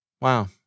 Wow